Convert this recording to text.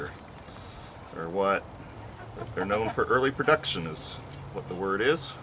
or or what they're known for early production is what the word is